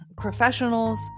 professionals